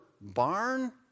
barn